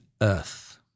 earth